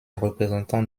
représentants